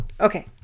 Okay